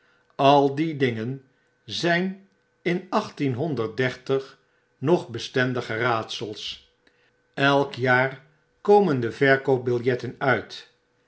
al die dingen zp in achttien honderd dertig nog bestendige raadsels elk jaar komen de verkoopbiljetten uit